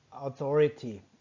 authority